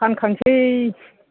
फानखांसै